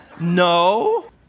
No